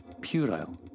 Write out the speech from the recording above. puerile